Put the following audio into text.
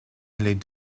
les